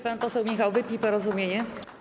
Pan poseł Michał Wypij, Porozumienie.